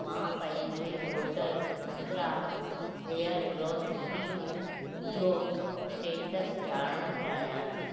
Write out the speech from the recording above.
मां पंहिंजे ऑर्डर उस्तरा हेयर ग्रोथ क्रीम जो स्टेटस ॼाणण चाहियां थी